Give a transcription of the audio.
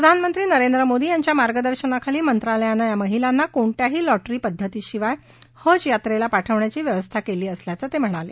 प्रधानमंत्री नरेंद्र मोदी यांच्या मार्गदर्शनाखाली मंत्रालयानं या महिलांना कोणत्याही लॉटरी पद्धतीशिवाय हज यात्रेला पाठवण्याची व्यवस्था केली असल्याचं ते म्हणाले